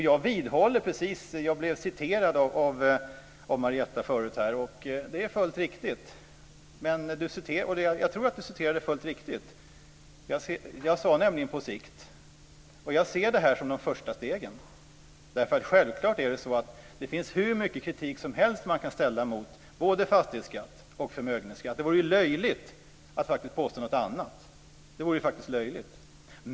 Jag blev citerad av Marietta de Pourbaix-Lundin här förut. Jag tror att hon citerade fullt riktigt. Jag sade nämligen "på sikt". Jag ser detta som de första stegen. Självklart finns det hur mycket kritik som helst att rikta mot fastighetsskatt och förmögenhetsskatt. Det vore löjligt att påstå något annat. Det vore faktiskt löjligt.